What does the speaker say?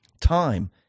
Time